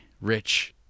Rich